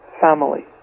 family